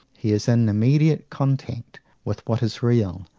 he is in immediate contact with what is real,